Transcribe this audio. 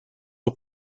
aux